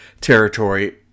territory